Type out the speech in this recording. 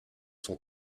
son